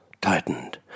tightened